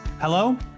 Hello